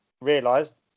realised